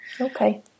Okay